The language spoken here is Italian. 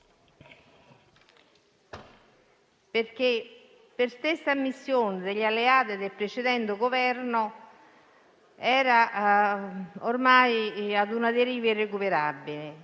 perché, per stessa ammissione degli alleati, il precedente Governo era ormai ad una deriva irrecuperabile.